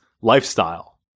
lifestyle